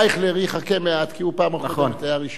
ואייכלר יחכה מעט, כי הוא בפעם הקודמת היה ראשון.